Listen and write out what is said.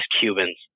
Cubans